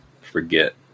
forget